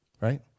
right